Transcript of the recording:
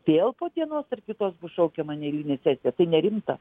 vėl po dienos ar kitos bus šaukiama neeilinė sesija tai nerimta